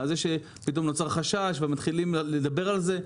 זה שפתאום נוצר חשש ומתחילים לדבר על זה.